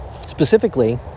specifically